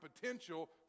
potential